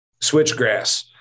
switchgrass